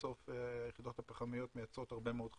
בסוף היחידות הפחמיות מייצרות הרבה מאוד חשמל.